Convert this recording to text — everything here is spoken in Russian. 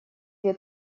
две